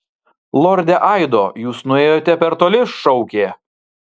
lorde aido jūs nuėjote per toli šaukė